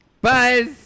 Buzz